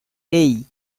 hey